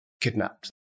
kidnapped